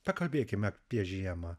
pakalbėkime apie žiemą